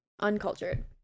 uncultured